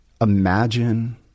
imagine